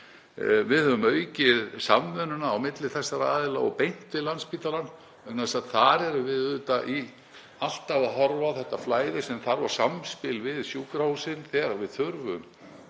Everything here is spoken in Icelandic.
Við höfum aukið samvinnu á milli þessara aðila og beint við Landspítalann vegna þess að þar erum við auðvitað alltaf að horfa á þetta flæði sem þarf og samspil við sjúkrahúsin. Þegar við þurfum